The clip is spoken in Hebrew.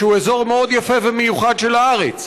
שהוא אזור מאוד יפה ומיוחד של הארץ.